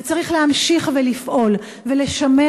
וצריך להמשיך ולפעול ולשמר,